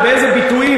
ובאיזה ביטויים.